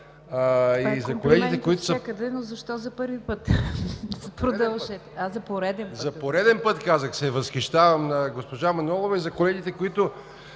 За пореден път се възхищавам на госпожа Манолова и за колегите, които